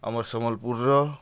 ଆମର୍ ସମ୍ବଲ୍ପୁର୍ର